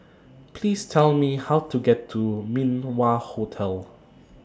Please Tell Me How to get to Min Wah Hotel